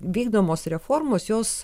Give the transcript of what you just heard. vykdomos reformos jos